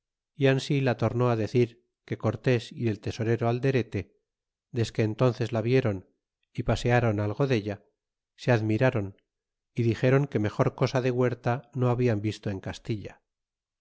ansi la tornó decir que cortés y el tesorero alderete desque entónces la vieron y paseron algo della se admiráron y dixeron que mejor cosa de huerta no habian visto en castilla